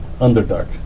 Underdark